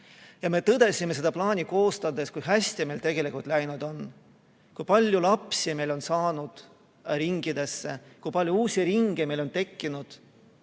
Ja me tõdesime seda plaani koostades, kui hästi meil tegelikult läinud on. Kui palju lapsi meil on saanud ringidesse, kui palju uusi ringe meil on tekkinud,